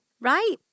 Right